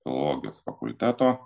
filologijos fakulteto